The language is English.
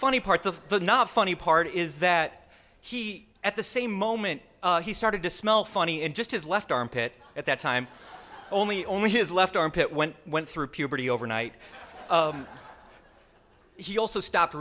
funny part of the not funny part is that he at the same moment he started to smell funny in just his left armpit at that time only only his left armpit went went through puberty overnight he also stopped